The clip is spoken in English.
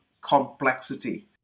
complexity